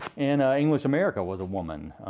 and english america was a woman.